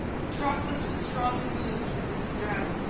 patroclus was strongly moved with this address,